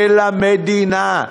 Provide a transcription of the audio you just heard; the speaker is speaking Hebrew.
של המדינה,